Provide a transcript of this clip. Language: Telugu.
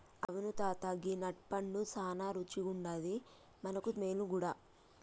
అవును తాత గీ నట్ పండు సానా రుచిగుండాది మనకు మేలు గూడా